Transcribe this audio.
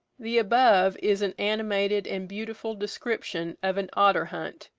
the above is an animated and beautiful description of an otter hunt,